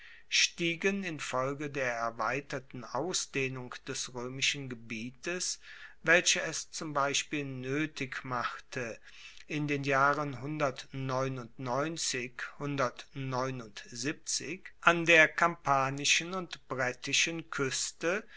stiegen infolge der erweiterten ausdehnung des roemischen gebietes welche es zum beispiel noetig machte in den jahren an der kampanischen und brettischen kueste